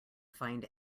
find